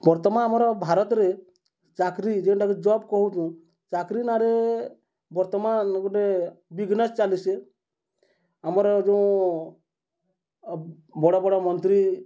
ବର୍ତ୍ତମାନ୍ ଆମର ଭାରତରେ ଚାକ୍ରି ଯେନ୍ଟାକି ଜବ୍ କହୁଚୁଁ ଚାକ୍ରୀ ନାଁ'ରେ ବର୍ତ୍ତମାନ୍ ଗୁଟେ ବିଜ୍ନେସ୍ ଚାଲିଚେ ଆମର୍ ଯୋଉ ବଡ଼ ବଡ଼ ମନ୍ତ୍ରୀ